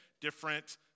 different